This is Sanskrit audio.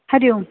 हरि ओम्